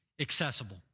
accessible